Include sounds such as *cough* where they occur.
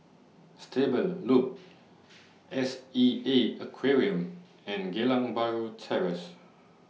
Stable Loop *noise* S E A Aquarium and Geylang Bahru Terrace